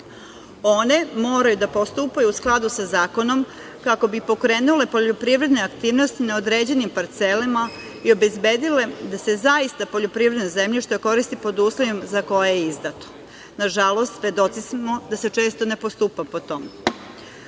One moraju da postupaju u skladu sa zakonom kako bi pokrenule poljoprivredne aktivnosti na određenim parcelama i obezbedile da se zaista poljoprivredno zemljište koriste pod uslovima za koje je izdato. Nažalost, svedoci smo da se često ne postupa po